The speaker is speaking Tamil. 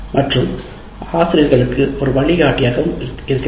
மற்றும் ஆசிரியர்களுக்கு ஒரு வழிகாட்டியாகவும் உதவுகிறது